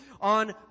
on